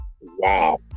Wow